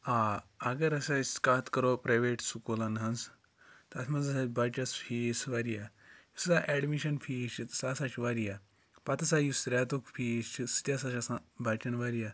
آ اَگَر ہَسا أسۍ کَتھ کَرو پرٛایویٹ سکوٗلَن ہٕنٛز تَتھ منٛز ہَسا چھِ بَچَس فیٖس وارِیاہ یُس ہَسا اٮ۪ڈمِشَن فیٖس چھِ سُہ ہَسا چھُ وارِیاہ پَتہٕ ہَسا یُس رٮ۪تُک فیٖس چھُ سُہ تہِ ہَسا چھِ آسان بَچَن وارِیاہ